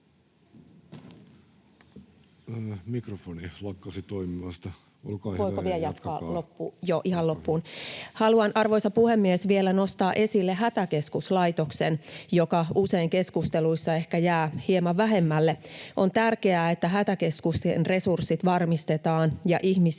— Loppuiko minulta aika, puhemies? Voinko vielä jatkaa loppuun? Haluan, arvoisa puhemies, vielä nostaa esille Hätäkeskuslaitoksen, joka usein keskusteluissa ehkä jää hieman vähemmälle. On tärkeää, että Hätäkeskuksen resurssit varmistetaan ja ihmisiä